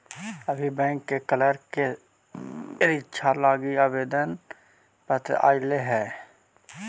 अभी बैंक के क्लर्क के रीक्षा लागी आवेदन पत्र आएलई हल